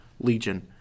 Legion